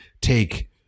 take